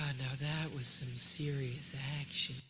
now, that was some serious action.